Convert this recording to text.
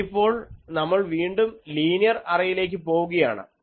ഇനിയിപ്പോൾ നമ്മൾ വീണ്ടും ലീനിയർ അറേയിലേക്ക് പോവുകയാണ്